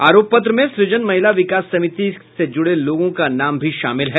आरोप पत्र में सृजन महिला विकास समिति से जुड़े लोगों का नाम भी शामिल हैं